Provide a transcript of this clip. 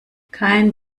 kein